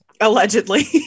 Allegedly